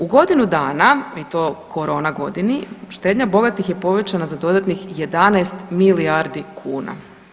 U godinu dana i to korona godini štednja bogatih je povećana za dodatnih 11 milijardi kuna.